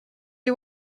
you